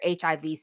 HIV